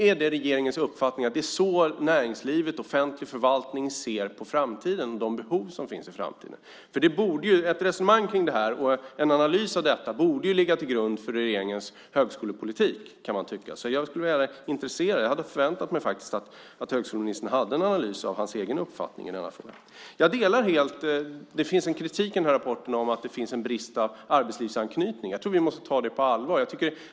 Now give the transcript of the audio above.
Är det regeringens uppfattning att det är så näringslivet och offentlig förvaltning ser på framtiden och de behov som finns då? Ett resonemang om det och en analys av detta borde ligga till grund för regeringens högskolepolitik. Jag är intresserad av och hade faktiskt förväntat mig att högskoleministern hade en analys och en egen uppfattning i denna fråga. Det finns en kritik i rapporten som går ut på att det finns en brist i arbetslivsanknytning. Jag tror att vi måste ta det på allvar.